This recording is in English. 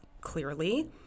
clearly